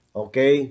okay